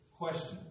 question